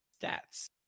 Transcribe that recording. stats